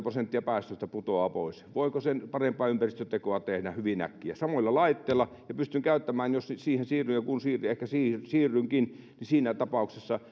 prosenttia putoaa pois voiko sen parempaa ympäristötekoa tehdä hyvin äkkiä samoilla laitteilla ja jos siihen siirryn ja kun ehkä siirrynkin niin siinä tapauksessa